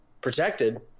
protected